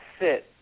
sit